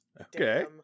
Okay